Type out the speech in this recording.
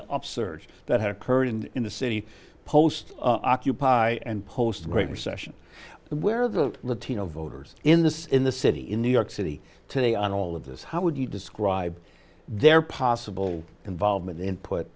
the upsurge that had occurred in in the city post occupy and post the great recession and where the latino voters in this in the city in new york city today on all of this how would you describe their possible involvement in put